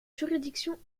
juridiction